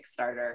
Kickstarter